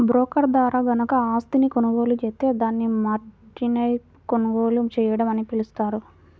broker ద్వారా గనక ఆస్తిని కొనుగోలు జేత్తే దాన్ని మార్జిన్పై కొనుగోలు చేయడం అని పిలుస్తారు